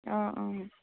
অঁ অঁ